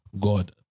God